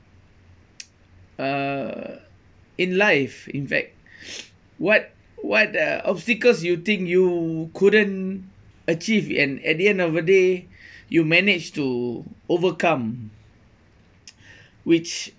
uh in life in fact what what the obstacles you think you couldn't achieve and at the end of the day you managed to overcome which